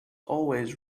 always